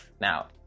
Now